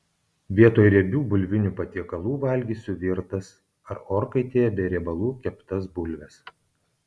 vietoj riebių bulvinių patiekalų valgysiu virtas ar orkaitėje be riebalų keptas bulves